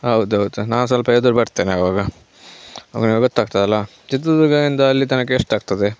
ಹೌದೌದು ನಾನು ಸ್ವಲ್ಪ ಎದುರು ಬರ್ತೇನೆ ಅವಾಗ ಅವಾಗ ಗೊತ್ತಾಗ್ತದಲ್ಲ ಚಿತ್ರದುರ್ಗದಿಂದ ಅಲ್ಲಿ ತನಕ ಎಷ್ಟಾಗ್ತದೆ